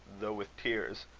though with tears,